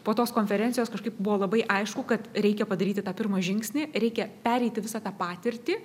po tos konferencijos kažkaip buvo labai aišku kad reikia padaryti tą pirmą žingsnį reikia pereiti visą tą patirtį